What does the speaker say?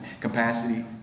capacity